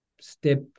step